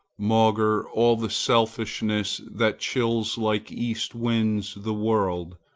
maugre all the selfishness that chills like east winds the world,